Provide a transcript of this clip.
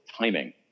timing